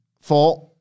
Four